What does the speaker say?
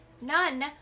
none